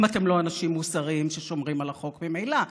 אם אתם לא אנשים מוסריים, ששומרים על החוק ממילא?